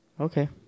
Okay